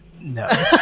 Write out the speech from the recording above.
no